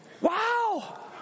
Wow